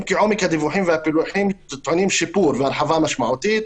אם כי עומק הדיווחים והפילוחים טעונים שיפור והרחבה משמעותית.